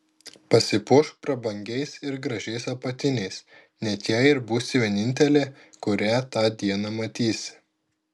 pasipuošk prabangiais ir gražiais apatiniais net jei ir būsi vienintelė kurią tą dieną matysi